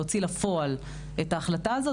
להוציא לפועל את ההחלטה הזאת,